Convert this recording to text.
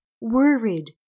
worried